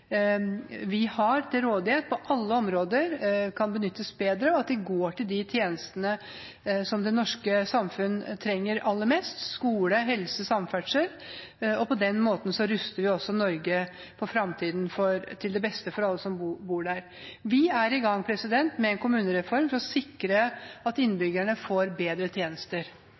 vi har til rådighet på alle områder, kan benyttes bedre, og at de går til de tjenestene som det norske samfunn trenger aller mest: skole, helse, samferdsel. På den måten ruster vi også Norge for fremtiden, til beste for alle som bor her. Vi er i gang med en kommunereform for å sikre at innbyggerne får bedre tjenester.